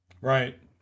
right